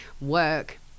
work